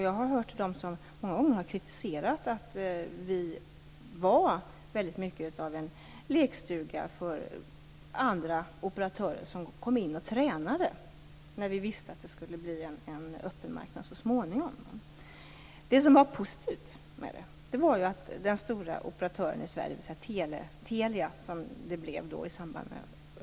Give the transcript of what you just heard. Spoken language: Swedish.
Jag har hört till dem som många gånger har kritiserat att vi var väldigt mycket av en lekstuga för andra operatörer som kom in och tränade när vi visste att det så småningom skulle bli en öppen marknad. Det positiva var att den stora operatören i Sverige - var tvungen att vässa sin kompetens.